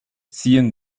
ziehen